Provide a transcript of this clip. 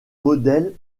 modèle